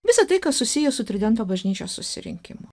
visa tai kas susiję su tridento bažnyčios susirinkimu